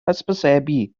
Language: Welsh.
hysbysebu